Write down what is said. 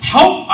Help